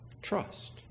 trust